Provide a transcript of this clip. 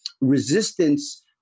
resistance